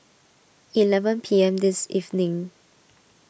eleven P M this evening